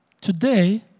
today